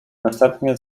następnie